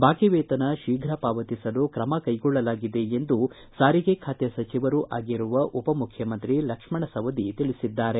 ಬಾಕಿ ವೇತನ ಶೀಘ ಪಾವತಿಸಲು ಕ್ರಮ ಕೈಗೊಳ್ಳಲಾಗಿದೆ ಎಂದು ಸಾರಿಗೆ ಖಾತೆ ಸಚಿವರೂ ಆಗಿರುವ ಉಪಮುಖ್ಯಮಂತ್ರಿ ಲಕ್ಷ್ಮಣ ಸವದಿ ತಿಳಿಸಿದ್ದಾರೆ